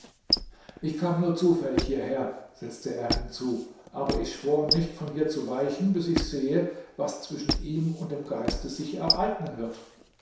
ich kam nur zufällig hierher setzte er hinzu aber ich schwor nicht von hier zu weichen bis ich sehe was zwischen ihm und dem geiste sich ereignen wird